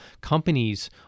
companies